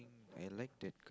I like that